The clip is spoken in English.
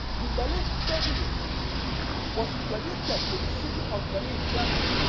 the berlin papyrus was credited to the city of berlin, germany